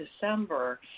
December